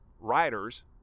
riders